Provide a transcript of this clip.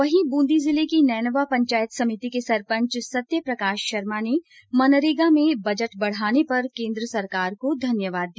वहीं बुंदी जिले की नैनवा पंचायत समिति के सरपंच सत्यप्रकाश शर्मा ने मनरेगा में बजट बढाने पर केन्द्र सरकार को धन्यवाद दिया